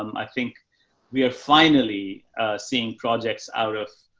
um i think we are finally seeing projects out of,